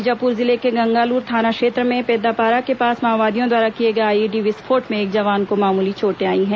बीजापुर जिले के गंगालूर थाना क्षेत्र में पेद्दापारा के पास माओवादियों द्वारा किए गए आईईडी विस्फोट में एक जवान को मामूली चोटें आई हैं